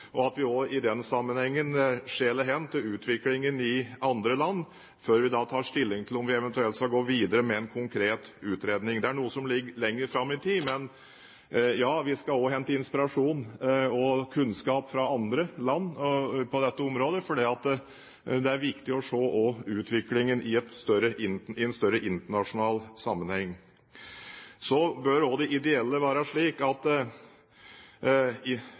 land før vi tar stilling til om vi eventuelt skal gå videre med en konkret utredning. Det er noe som ligger lenger fram i tid. Ja, vi skal også hente inspirasjon og kunnskap fra andre land på dette området, for det er viktig å se utviklingen i en større internasjonal sammenheng. Det ideelle når det gjelder investeringer i produksjon av biodrivstoff, er at drivstoff i seg selv bør være konkurransedyktig uten at